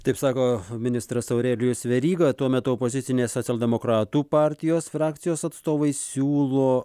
taip sako ministras aurelijus veryga tuo metu opozicinės socialdemokratų partijos frakcijos atstovai siūlo